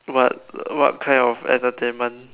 what what kind of entertainment